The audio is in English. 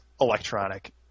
electronic